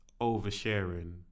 oversharing